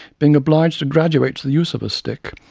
being obliged to graduate to the use of a stick,